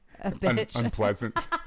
unpleasant